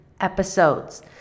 episodes